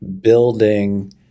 building